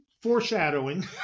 foreshadowing